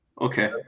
Okay